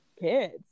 kids